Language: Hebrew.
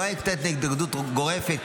לא הייתה התנגדות גורפת,